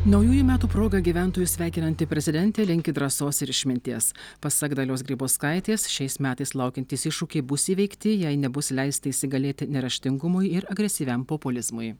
naujųjų metų proga gyventojus sveikinanti prezidentė linki drąsos ir išminties pasak dalios grybauskaitės šiais metais laukiantys iššūkiai bus įveikti jei nebus leista įsigalėti neraštingumui ir agresyviam populizmui